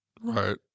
Right